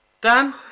Dan